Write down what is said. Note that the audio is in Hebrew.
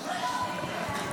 נעבור לנושא הבא על